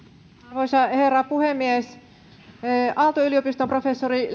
arvoisa herra puhemies aalto yliopiston professori